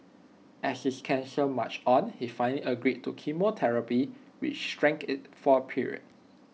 as his cancer marched on he finally agreed to chemotherapy which shrank IT for A period